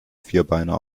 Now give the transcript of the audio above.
vierbeiner